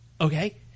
okay